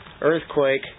earthquake